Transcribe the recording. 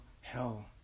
hell